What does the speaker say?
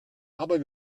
aber